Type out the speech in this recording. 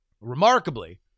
Remarkably